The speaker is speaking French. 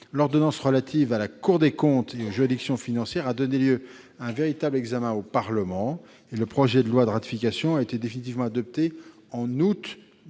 L'ordonnance relative à la Cour des comptes et aux juridictions financières a donné lieu à un véritable examen au Parlement, et le projet de loi de ratification a été définitivement adopté en août 2017.